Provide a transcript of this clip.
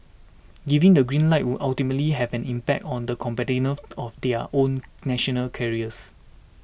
giving the green light would ultimately have an impact on the competitiveness of their own national carriers